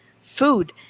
food